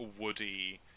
Woody